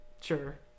sure